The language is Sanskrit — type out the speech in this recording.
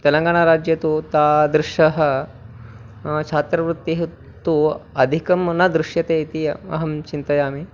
तेलङ्गानाराज्ये तु तादृशी छात्रवृत्तिः तु अधिकं न दृश्यते इति अहं चिन्तयामि